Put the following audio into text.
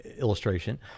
illustration